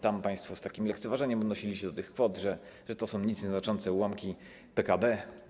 Tam państwo z takim lekceważeniem odnosili się do tych kwot, że to są nic nieznaczące ułamki PKB.